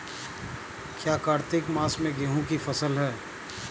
क्या कार्तिक मास में गेहु की फ़सल है?